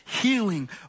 healing